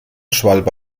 schwalbe